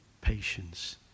patience